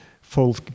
folk